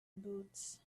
boots